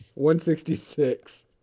166